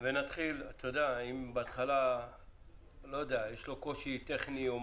אם בהתחלה יש קושי טכני,